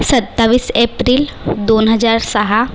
सत्तावीस एप्रिल दोन हजार सहा